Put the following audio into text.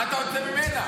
מה אתה רוצה ממנה?